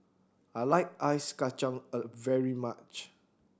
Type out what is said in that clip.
I like Ice Kachang a very much